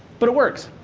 but it works.